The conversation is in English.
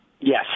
Yes